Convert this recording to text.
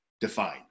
define